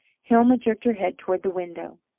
hilma jerked her head toward the window.